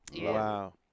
Wow